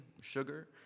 sugar